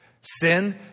Sin